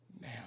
now